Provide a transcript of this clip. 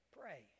Pray